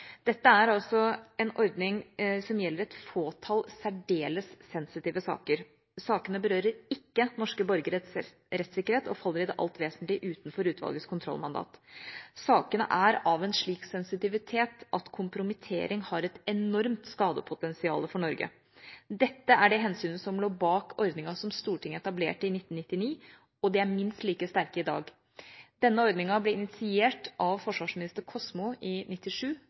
Dette er en ordning som gjelder et fåtall særdeles sensitive saker. Sakene berører ikke norske borgeres rettssikkerhet og faller i det alt vesentlige utenfor utvalgets kontrollmandat. Sakene er av en slik sensitivitet at kompromittering har et enormt skadepotensial for Norge. Dette er det hensynet som lå bak ordningen som Stortinget etablerte i 1999, og det er minst like sterkt i dag. Denne ordninga ble initiert av forsvarsminister Kosmo i